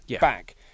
back